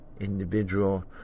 Individual